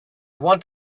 want